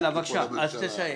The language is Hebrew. אז סיים.